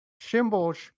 Symbols